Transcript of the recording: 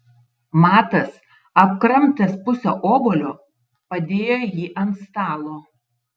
matas apkramtęs pusę obuolio padėjo jį ant stalo